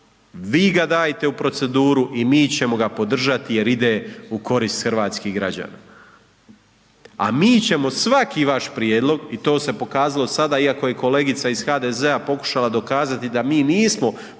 vi ga dajte u proceduru i mi ćemo ga podržati jer ide u korist hrvatskih građana. A mi ćemo svaki vaš prijedlog i to se pokazalo sada iako je kolegica iz HDZ-a pokušala dokazati da mi nismo